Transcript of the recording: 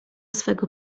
swego